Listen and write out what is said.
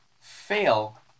fail